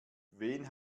wen